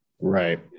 Right